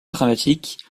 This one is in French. dramatiques